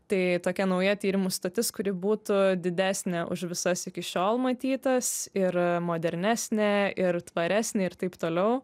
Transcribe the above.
tai tokia nauja tyrimų stotis kuri būtų didesnė už visas iki šiol matytas ir modernesnė ir tvaresnė ir taip toliau